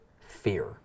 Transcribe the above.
fear